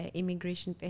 immigration